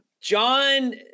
John